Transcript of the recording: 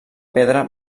pedra